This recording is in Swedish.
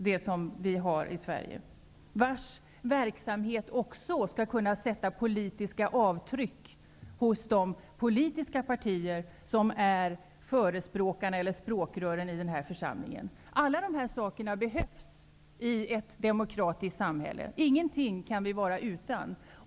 Dessa organisationers verksamhet skall också kunna göra politiska avtryck hos de politiska partier som är språkrör i den här församlingen. Allt detta behövs i ett demokratiskt samhälle, ingenting kan vi vara utan.